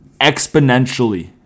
exponentially